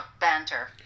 Banter